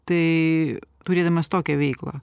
tai turėdamas tokią veiklą